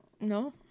no